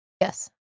Yes